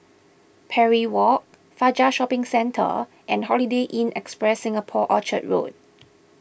Parry Walk Fajar Shopping Centre and Holiday Inn Express Singapore Orchard Road